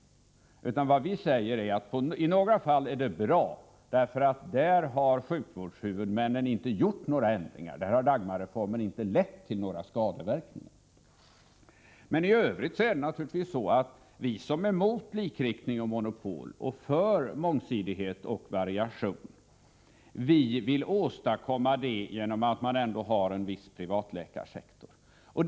Det är i några fall som Dagmarreformen inte har lett till skadeverkningar. Men i övrigt är det så att vi som är mot likriktning och monopol och för mångsidighet och variation vill åstadkomma detta genom att bibehålla en viss privatläkarsektor.